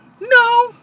No